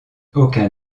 aucun